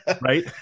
right